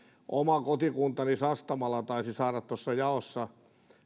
oma kotikuntani sastamala taisi saada tuossa jaossa